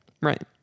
Right